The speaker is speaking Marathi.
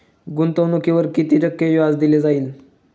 गुंतवणुकीवर किती टक्के व्याज दिले जाईल?